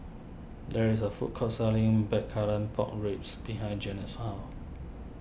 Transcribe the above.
there is a food court selling Blackcurrant Pork Ribs behind Jena's house